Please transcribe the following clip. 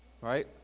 Right